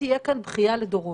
תהיה בכייה לדורות.